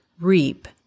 reap